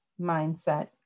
mindset